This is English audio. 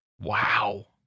Wow